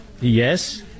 Yes